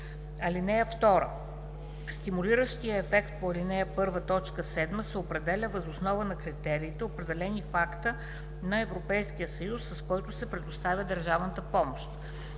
начин. (2) Стимулиращият ефект по ал. 1, т. 7 се определя въз основа на критериите, определени в акта на Европейския съюз, с който се предоставя държавната помощ.